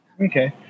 Okay